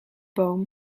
boom